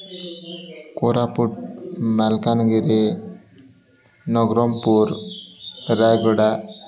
Koraput Malkangiri Nabarangpur Rayagada